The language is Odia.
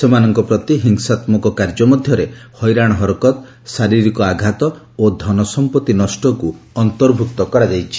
ସେମାନଙ୍କ ପ୍ରତି ହିଂସାମ୍କ କାର୍ଯ୍ୟ ମଧ୍ୟରେ ହଇରାଣହରକତ ଶାରିରୀକ ଆଘାତ ଓ ଧନସମ୍ପତ୍ତି ନଷ୍ଟକୁ ଅନ୍ତର୍ଭୁକ୍ତ କରାଯାଇଛି